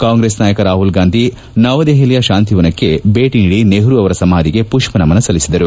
ಕಾಂಗ್ರೆಸ್ ನಾಯಕ ರಾಹುಲ್ ಗಾಂಧಿ ನವದೆಹಲಿಯ ಶಾಂತಿವನ್ಕ್ಸೆ ಭೇಟಿ ನೀಡಿ ನೆಹರು ಅವರ ಸಮಾಧಿಗೆ ಪುಷ್ಪ ನಮನ ಸಲ್ಲಿಸಿದರು